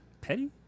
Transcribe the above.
Petty